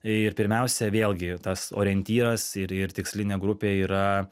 ir pirmiausia vėlgi tas orientyras ir ir tikslinė grupė yra